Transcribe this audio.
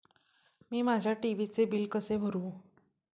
मी माझ्या टी.व्ही चे बिल कसे भरू?